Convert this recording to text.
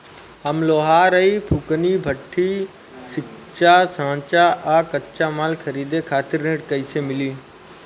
हम लोहार हईं फूंकनी भट्ठी सिंकचा सांचा आ कच्चा माल खरीदे खातिर ऋण कइसे मिली?